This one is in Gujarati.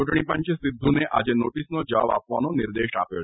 ચૂંટણીપંચે સિદ્ધુને આજે નોટીસનો જવાબ આપવાનો નિર્દેશ આપ્યો છે